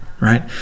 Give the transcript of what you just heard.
right